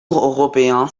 européen